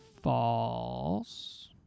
False